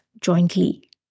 jointly